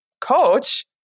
coach